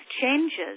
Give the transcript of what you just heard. changes